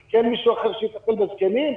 כי אין מישהו אחר שיטפל בזקנים?